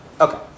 Okay